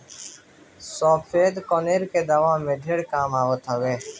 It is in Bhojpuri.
सफ़ेद कनेर के दवाई में ढेर काम आवेला